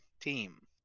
team